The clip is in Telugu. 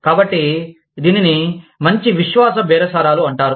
కాబట్టి దీనిని మంచి విశ్వాస బేరసారాలు అంటారు